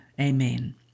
Amen